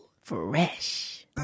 Fresh